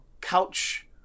couch